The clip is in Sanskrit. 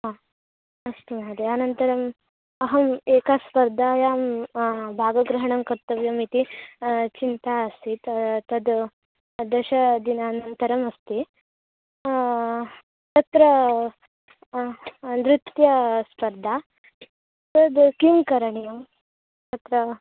आ अस्तु महोदया अनन्तरम् अहम् एकां स्पर्धायां भागग्रहणं कर्तव्यम् इति चिन्ता अस्ति त तद् दशदिनानन्तरमस्ति तत्र नृत्यस्पर्धा तद् किं करणीयम् अत्र